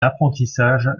apprentissage